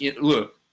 Look